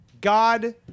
God